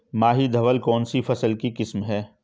माही धवल कौनसी फसल की किस्म है?